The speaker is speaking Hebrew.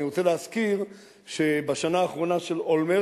אני רוצה להזכיר שבשנה האחרונה של אולמרט